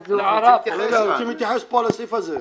רוצים להתייחס לסעיף הזה.